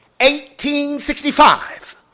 1865